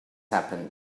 happened